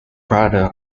brother